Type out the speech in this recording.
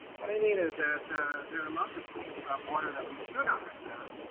what i mean is that there are lots of things about water that we should understand,